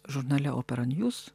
žurnale opera njūs